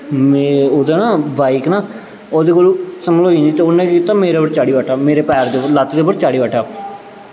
मे ओह्दा ना बाईक ना ओह्दे कोलूं समलोई निं ते उन्नै केह् कीता मेरे पर चाढ़ी बैठा मेरे पैर ते लत्त दे उप्पर चाढ़ी बैठा